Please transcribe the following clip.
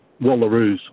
wallaroos